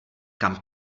kam